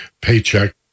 paycheck